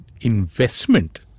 investment